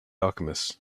alchemist